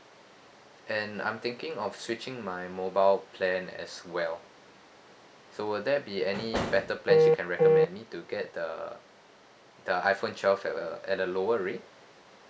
and I'm thinking of switching my mobile plan as well so will there be any better plans you can recommend me to get the the iphone twelve at a at a lower rate